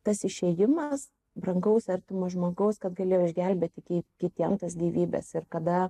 tas išėjimas brangaus artimo žmogaus kad galėjo išgelbėti ki kitiem tas gyvybes ir kada